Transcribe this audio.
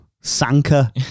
Sanka